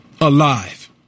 alive